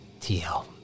TL